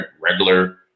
regular